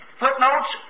footnotes